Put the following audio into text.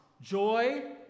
joy